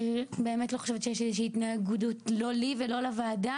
אני באמת לא חושבת שיש לי איזושהי התנגדות לא לי ולא לוועדה,